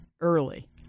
early